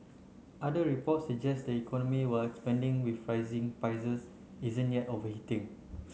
other reports suggest the economy while expanding with rising prices isn't yet overheating